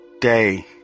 day